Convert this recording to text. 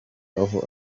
aho